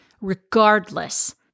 regardless